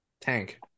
Tank